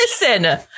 Listen